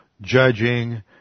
judging